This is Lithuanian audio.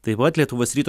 taip pat lietuvos ryto